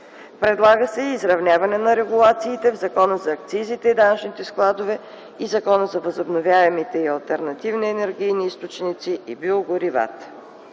Предлага се изравняване на регулациите в Закона за акцизите и данъчните складове и в Закона за възобновяемите и алтернативни енергийни източници и биогоривата.